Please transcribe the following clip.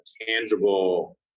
tangible